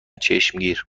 چشمگیر